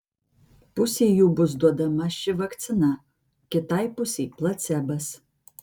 pusei jų bus duodama ši vakcina kitai pusei placebas